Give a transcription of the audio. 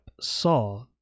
saw